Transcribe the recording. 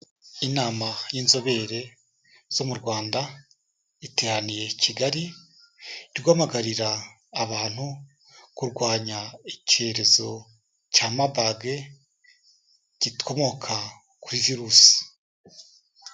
Inama y'inzobere zo mu Rwanda iteraniye i Kigali, iri guhamagarira abantu kurwanya icyorezo cya Marburg gikomoka kuri virusi.